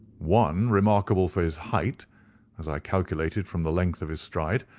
one remarkable for his height as i calculated from the length of his stride,